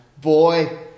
boy